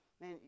man